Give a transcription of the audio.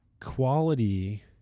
quality